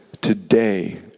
Today